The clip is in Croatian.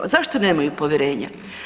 Zašto nemaju povjerenje?